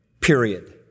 period